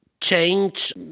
change